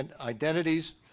identities